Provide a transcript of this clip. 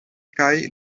kaj